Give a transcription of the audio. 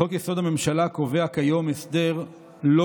לחוק-יסוד: הממשלה קובע כיום הסדר לא